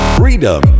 freedom